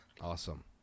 Awesome